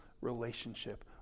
relationship